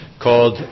called